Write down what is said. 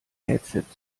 headset